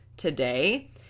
today